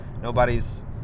nobody's